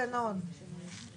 ההסתייגות לא עברה.